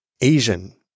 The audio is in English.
Asian